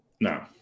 No